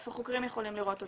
איפה חוקרים יכולים לראות אותם?